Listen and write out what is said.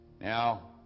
Now